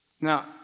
Now